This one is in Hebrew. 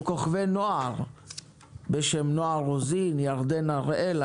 הם כוכבי נוער בשם נועה רוזין וירדן הראל.